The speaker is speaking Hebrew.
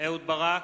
אופיר אקוניס,